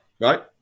Right